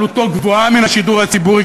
עלותו גבוהה מן השידור הציבורי,